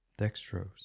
dextrose